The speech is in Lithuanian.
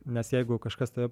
nes jeigu kažkas tave